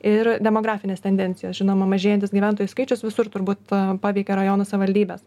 ir demografinės tendencijos žinoma mažėjantis gyventojų skaičius visur turbūt paveikia rajono savivaldybes